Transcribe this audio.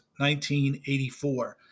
1984